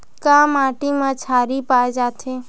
का माटी मा क्षारीय पाए जाथे?